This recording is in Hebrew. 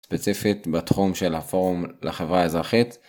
ספציפית בתחום של הפורום לחברה האזרחית.